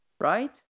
right